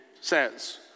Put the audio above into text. says